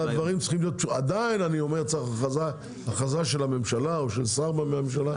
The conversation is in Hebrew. עדיין צריך הכרזה של הממשלה או של שר בממשלה.